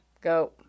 Go